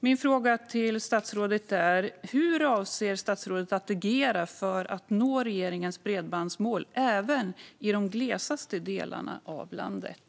Min fråga till statsrådet är: Hur avser statsrådet att agera för att nå regeringens bredbandsmål även i de glesaste delarna av landet?